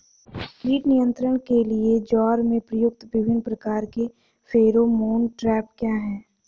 कीट नियंत्रण के लिए ज्वार में प्रयुक्त विभिन्न प्रकार के फेरोमोन ट्रैप क्या है?